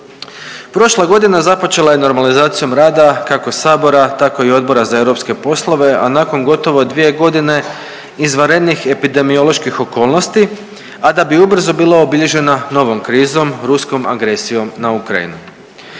Prošla godina započela je normalizacijom rada kako sabora, tako i Odbora za europske poslove, a nakon gotovo 2 godine izvanrednih epidemioloških okolnosti, a da bi ubrzo bila obilježena novom krizom ruskom agresijom na Ukrajinu.